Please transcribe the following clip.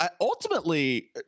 ultimately